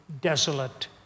desolate